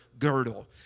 girdle